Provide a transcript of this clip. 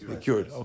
Cured